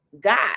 God